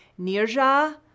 Nirja